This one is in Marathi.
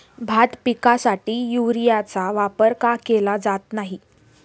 भात पिकासाठी युरियाचा वापर का केला जात नाही?